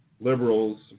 liberals